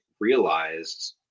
realized